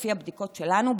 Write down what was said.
לפי הבדיקות שלנו,